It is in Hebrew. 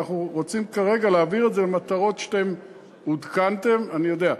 אנחנו רוצים כרגע להעביר את זה למטרות שאתם עודכנתם לגביהן,